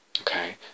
okay